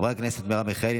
חברי הכנסת מרב מיכאלי,